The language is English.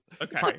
Okay